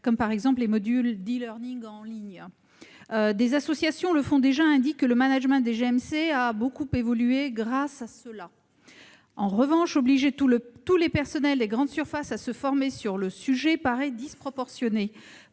par exemple des modules d'e-learning Certaines associations le font déjà et indiquent que le management des grandes et moyennes surfaces a beaucoup évolué grâce à cela. En revanche, obliger tous les personnels des grandes surfaces à se former sur le sujet paraît disproportionné.